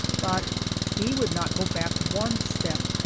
but he would not go back one step,